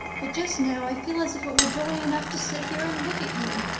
but just now i feel as if it were joy enough to sit here and look at you.